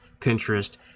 Pinterest